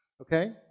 okay